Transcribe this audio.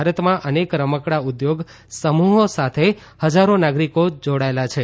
ભારતમાં અનેક રમકડાં ઉદ્યોગ સમૂહો સાથે હજારો કારિગરો જોડાયેલા છે